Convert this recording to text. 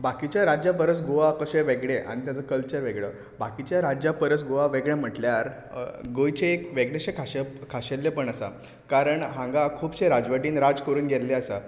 बाकीच्या राज्यां परस गोवा कशें वेगळें आनी तेजो कल्चर वेगळो बाकिच्या राज्यां परस गोवा वेगळें म्हटल्यार गोंयचें एक वेगळेंशें खाशेल खाशेल्लेपण आसा कारण हांगा खुबशे राजवटीन राज करून गेल्ले आसा